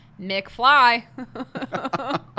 McFly